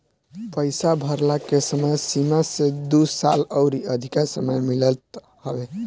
पईसा भरला के समय सीमा से दू साल अउरी अधिका समय मिलत हवे